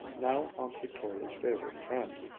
now aunt victoria's favorite friend,